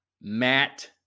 Matt